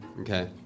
okay